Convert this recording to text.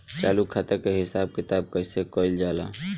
चालू खाता के हिसाब किताब कइसे कइल जाला?